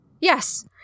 Yes